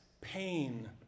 pain